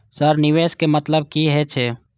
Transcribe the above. Sir निवेश के मतलब की हे छे?